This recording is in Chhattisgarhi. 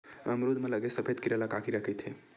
अमरूद म लगे सफेद कीरा ल का कीरा कइथे?